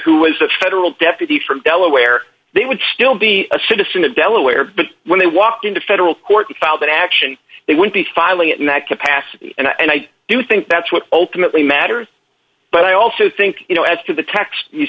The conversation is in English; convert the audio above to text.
who was the federal deputies from delaware they would still be a citizen of delaware but when they walked into federal court and found that action they would be filing it in that capacity and i do think that's what ultimately matters but i also think you know as to the